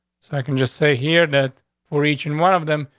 i can just say here that we're reaching one of them.